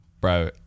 Bro